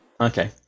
Okay